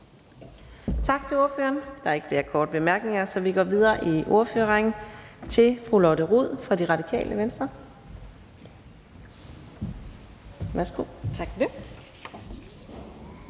Tak til ordføreren. Der er ikke flere korte bemærkninger, så vi går videre i ordførerrækken til fru Lotte Rod fra Radikale Venstre.